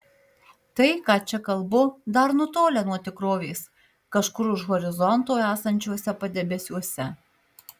tai ką čia kalbu dar nutolę nuo tikrovės kažkur už horizonto esančiuose padebesiuose